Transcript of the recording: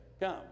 come